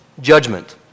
judgment